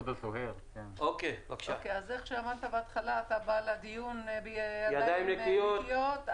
אז אמרת בהתחלה שאתה בא לדיון בידיים נקיות,